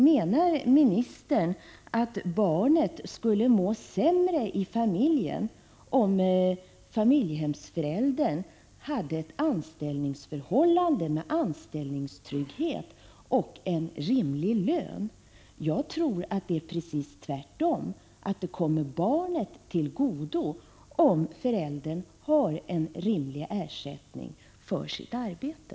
Menar ministern att barnet skulle må sämre i familjen om familjehemsföräldern har ett anställningsförhållande med anställningstrygghet och en rimlig lön? Jag tror att det är precis tvärtom, att det kommer barnet till godo om föräldern får en rimlig ersättning för sitt arbete.